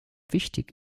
wichtig